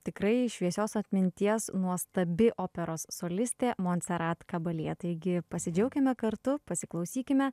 tikrai šviesios atminties nuostabi operos solistė monserat kabaljė taigi pasidžiaukime kartu pasiklausykime